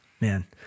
Man